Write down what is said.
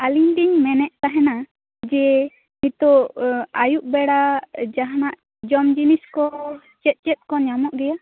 ᱟᱞᱤᱧᱞᱤᱧ ᱢᱮᱱᱮᱫ ᱛᱟᱦᱮᱱᱟ ᱡᱮ ᱱᱤᱛᱳᱜ ᱟᱭᱩᱵ ᱵᱮᱲᱟ ᱡᱟᱦᱟᱸᱱᱟᱜ ᱡᱚᱢ ᱡᱤᱱᱤᱥ ᱠᱚ ᱪᱮᱫ ᱪᱮᱫ ᱠᱚ ᱧᱟᱢᱚᱜ ᱜᱮᱭᱟ